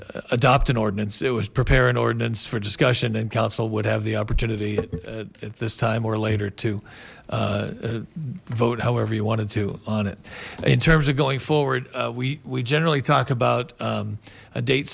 to adopt an ordinance it was preparing ordinance for discussion and council would have the opportunity at this time or later to vote however you wanted to on it in terms of going forward we we generally talk about a date